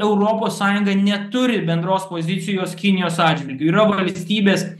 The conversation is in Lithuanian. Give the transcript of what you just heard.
europos sąjunga neturi bendros pozicijos kinijos atžvilgiu yra valstybės